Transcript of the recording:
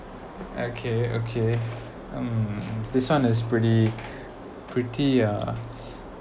okay okay mm this one is pretty pretty uh